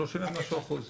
שלושים ומשהו אחוז.